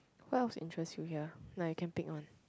what else interest you here ah nah you can pick one